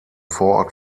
vorort